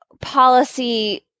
policy